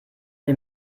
wir